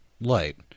Light